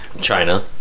China